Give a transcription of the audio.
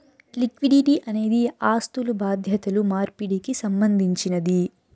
liquidity అనేది ఆస్థులు బాధ్యతలు మార్పిడికి సంబంధించినది